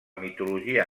mitologia